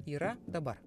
yra dabar